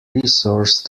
resource